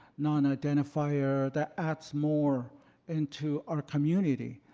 non-identifier, that adds more into our community.